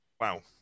Wow